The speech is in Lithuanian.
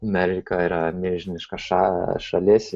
amerika yra milžiniška ša šalis